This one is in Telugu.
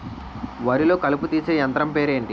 వరి లొ కలుపు తీసే యంత్రం పేరు ఎంటి?